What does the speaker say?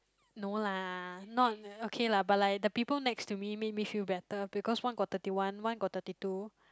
no lah not uh okay lah but like the people next to me made me feel better because one got thirty one one got thirty two